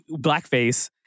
blackface